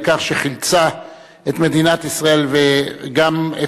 על כך שחילצה את מדינת ישראל וגם את